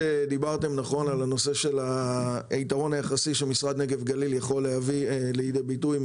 שדיברתם נכון על היתרון היחסי שמשרד נגב גליל יכול להביא לידי ביטוי,